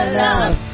love